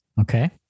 okay